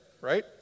Right